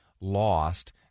lost